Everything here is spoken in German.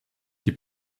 die